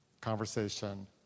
conversation